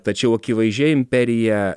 tačiau akivaizdžiai imperija